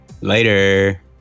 Later